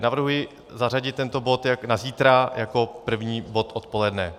Navrhuji zařadit tento bod na zítra jako první bod odpoledne.